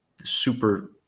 super